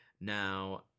Now